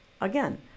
Again